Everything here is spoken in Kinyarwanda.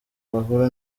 bahura